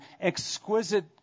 exquisite